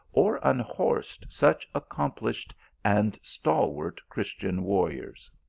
or unhorsed such accomplished and stalwart christian warriors.